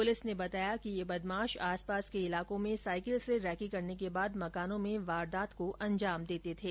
police ने बताया कि ये बदमाश आसपास के इलाकों में साइकिल से रैकी करने के बाद मकानों में वारदात को अंजाम देते थे